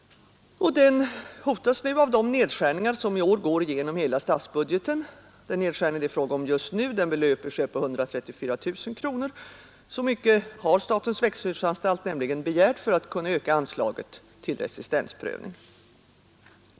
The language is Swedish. Den hotas nu av de nedskärningar som i år går igenom hela statsbudgeten. Den nedskärning det är fråga om just nu belöper sig på 134 000 kronor — så mycket har statens växtskyddsanstalt nämligen begärt för att kunna öka anslaget till resistensprövning.